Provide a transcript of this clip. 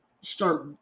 start